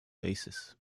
basis